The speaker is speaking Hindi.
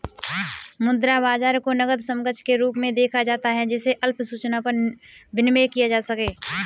मुद्रा बाजार को नकद समकक्ष के रूप में देखा जाता है जिसे अल्प सूचना पर विनिमेय किया जा सके